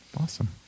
Awesome